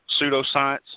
pseudoscience